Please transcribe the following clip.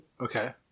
Okay